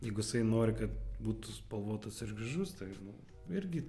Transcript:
jeigu jisai nori kad būtų spalvotas ir gražus tai nu irgi